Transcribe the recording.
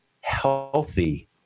healthy